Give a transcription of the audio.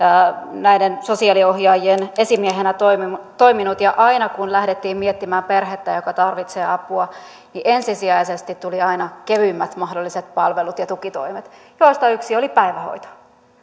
näiden sosiaaliohjaajien esimiehenä toiminut ja aina kun lähdettiin miettimään perhettä joka tarvitsee apua niin ensisijaisesti tuli aina kevyimmät mahdolliset palvelut ja tukitoimet joista yksi oli päivähoito